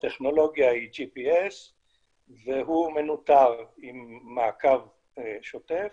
הטכנולוגיה היא GPS והוא מנוטר עם מעקב שוטף.